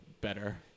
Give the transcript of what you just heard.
better